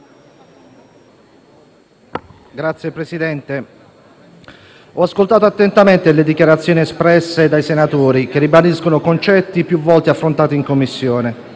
Signor Presidente, ho ascoltato attentamente le dichiarazioni espresse dai senatori, che ribadiscono concetti più volte affrontati in Commissione.